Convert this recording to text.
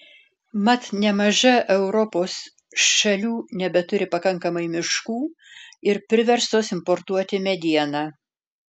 mat nemaža europos šalių nebeturi pakankamai miškų ir priverstos importuoti medieną